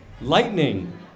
Lightning